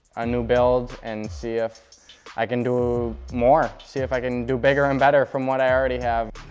a new build and see if i can do more, see if i can do bigger and better from what i already have.